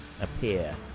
appear